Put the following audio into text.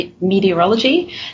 Meteorology